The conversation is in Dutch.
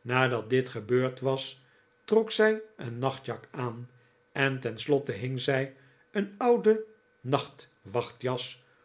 nadat dit gebeurd was trok zij een nachtjak aan en tenslotte hing zij een ouden nachtwachtsjas